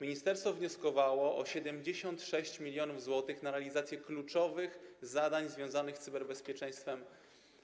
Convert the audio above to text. Ministerstwo wnioskowało o 76 mln zł na realizację kluczowych zadań związanych z cyberbezpieczeństwem